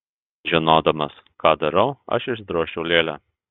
žinodamas ką darau aš išdrožčiau lėlę